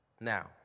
Now